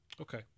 Okay